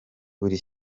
buri